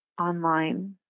online